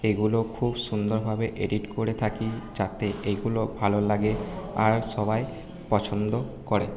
এগুলো খুব সুন্দরভাবে এডিট করে থাকি যাতে এগুলো ভালো লাগে আর সবাই পছন্দ করে